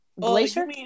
Glacier